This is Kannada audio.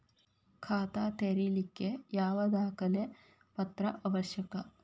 ಖಾತಾ ತೆರಿಲಿಕ್ಕೆ ಯಾವ ದಾಖಲೆ ಪತ್ರ ಅವಶ್ಯಕ?